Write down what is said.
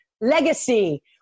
legacy